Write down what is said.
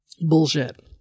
bullshit